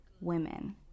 women